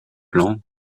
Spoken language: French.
plan